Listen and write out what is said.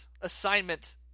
assignment